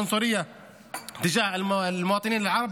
אנשינו המכובדים בכל החברה הערבית,